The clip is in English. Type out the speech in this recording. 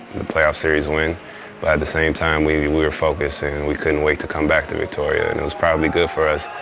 a playoffs series win but at the same time we we were focused and and we couldn't wait to come back to vitoria. and it was probably good for us.